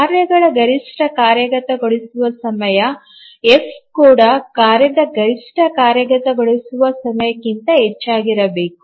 ಕಾರ್ಯಗಳ ಗರಿಷ್ಠ ಕಾರ್ಯಗತಗೊಳಿಸುವ ಸಮಯ ಎಫ್ ಕೂಡ ಕಾರ್ಯದ ಗರಿಷ್ಠ ಕಾರ್ಯಗತಗೊಳಿಸುವ ಸಮಯಕ್ಕಿಂತ ಹೆಚ್ಚಾಗಿರಬೇಕು